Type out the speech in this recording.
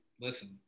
listen